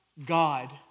God